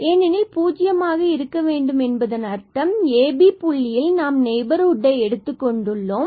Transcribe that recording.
ஏனெனில் பூஜ்ஜியமாக இருக்க வேண்டும் என்பதன் அர்த்தம் இந்த ab புள்ளியில் நாம் நெய்பர்ஹுட்டை எடுத்துக் கொண்டுள்ளோம்